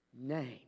name